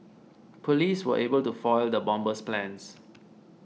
police were able to foil the bomber's plans